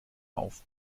auf